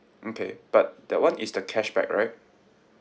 okay but that [one] is the cashback right